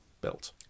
built